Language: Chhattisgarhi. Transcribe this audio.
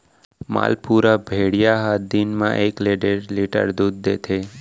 मालपुरा भेड़िया ह दिन म एकले डेढ़ लीटर दूद देथे